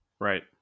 Right